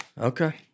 Okay